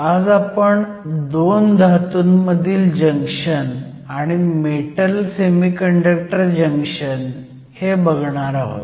आज आपण 2 धातूंमधील जंक्शन आणि मेटल सेमीकंडक्टर जंक्शन बघणार आहोत